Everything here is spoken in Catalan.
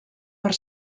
per